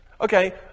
Okay